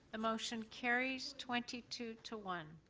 the motion carries twenty two two one